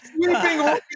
Sweeping